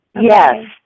Yes